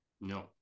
No